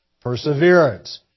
perseverance